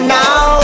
now